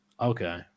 Okay